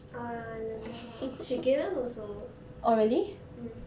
ah never lah she galen also um